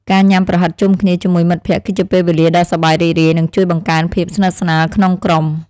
ការញ៉ាំប្រហិតជុំគ្នាជាមួយមិត្តភក្តិគឺជាពេលវេលាដ៏សប្បាយរីករាយនិងជួយបង្កើនភាពស្និទ្ធស្នាលក្នុងក្រុម។